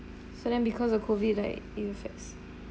so then because of COVID like it affects